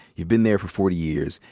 you've been there for forty years.